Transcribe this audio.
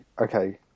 okay